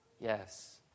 Yes